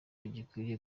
gikwiriye